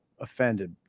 offended